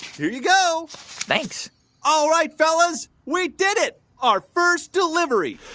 here you go thanks all right, fellows. we did it our first delivery